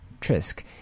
Trisk